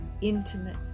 intimate